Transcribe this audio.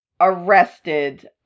arrested